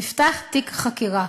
נפתח תיק חקירה.